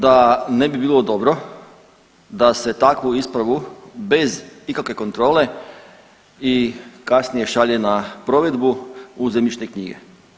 Smatramo da ne bi bilo dobro da se takvu ispravu bez ikakve kontrole i kasnije šalje na provedbu u zemljišne knjige.